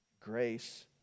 grace